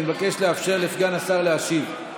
אני מבקש לאפשר לסגן השר להשיב.